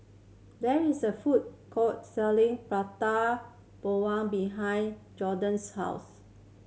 there is a food court selling Prata Bawang behind Jordyn's house